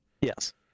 yes